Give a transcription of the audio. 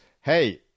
Hey